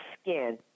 skin